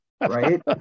Right